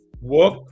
work